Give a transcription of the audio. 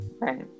right